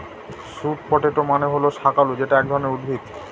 sweet potato মানে হল শাকালু যেটা এক ধরনের উদ্ভিদ